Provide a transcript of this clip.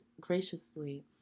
graciously